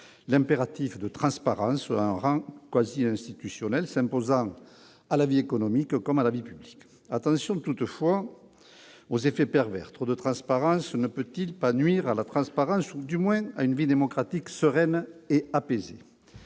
l'impératif de transparence à un rang quasi constitutionnel, s'imposant à la vie économique comme à la vie publique. Il faut faire attention toutefois aux effets pervers : trop de transparence ne peut-elle pas nuire à la transparence ou, du moins, à une vie démocratique sereine et apaisée ?